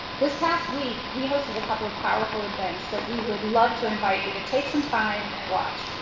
this past week we hosted a couple of powerful events that we would love to invite you to take some time and watch.